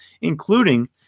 including